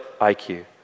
IQ